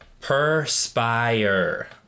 Perspire